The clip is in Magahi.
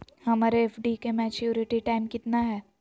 हमर एफ.डी के मैच्यूरिटी टाइम कितना है?